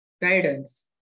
guidance